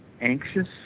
anxious